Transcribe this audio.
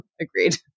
Agreed